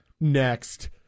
Next